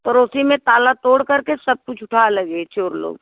पड़ोस में ताला तोड़ करके सब कुछ उठा ले गए चोर लोग